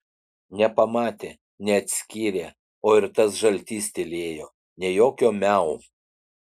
nepamatė neatskyrė o ir tas žaltys tylėjo nė jokio miau